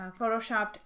photoshopped